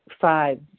five